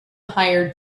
hire